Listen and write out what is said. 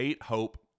Hope